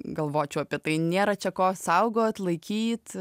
galvočiau apie tai nėra čia ko saugot atlaikyt